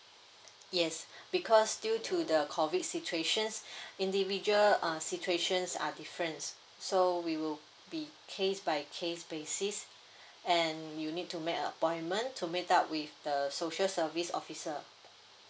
yes because due to the COVID situations individual uh situations are different so we will be case by case basis and you need to make appointment to meet up with the the social service officer